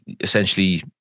essentially